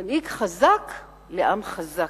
מנהיג חזק לעם חזק.